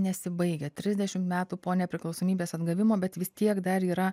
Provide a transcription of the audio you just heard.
nesibaigia trisdešim metų po nepriklausomybės atgavimo bet vis tiek dar yra